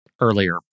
earlier